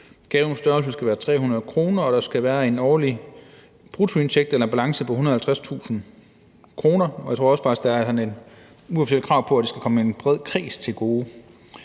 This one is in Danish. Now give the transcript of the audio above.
gavens størrelse skal være på mindst 200 kr., og der skal være en årlig bruttoindtægt eller balance på 150.000 kr. Jeg tror faktisk også, der er sådan et uofficielt krav om, at det skal komme en bred kreds til gode.